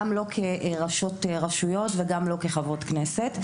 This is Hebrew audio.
גם לא כראשות רשויות וגם לא כחברות כנסת,